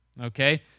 Okay